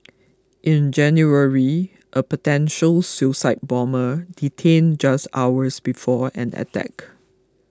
in January a potential suicide bomber detained just hours before an attack